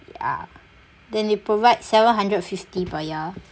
ya then they provide seven hundred fifty per year